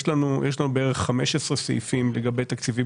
יש לנו בערך 15 סעיפים לגבי תקציבים